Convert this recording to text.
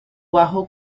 bajo